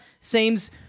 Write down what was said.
seems